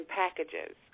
packages